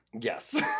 Yes